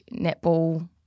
netball